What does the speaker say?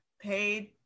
paid